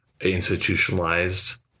institutionalized